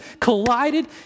collided